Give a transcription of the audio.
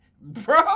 bro